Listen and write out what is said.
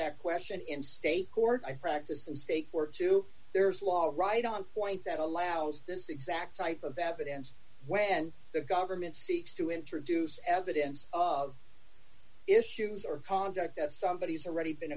that question in state court i practice and state court too there's a lot right on point that allows this exact type of evidence when the government seeks to introduce evidence of issues or conduct that somebody has a ready been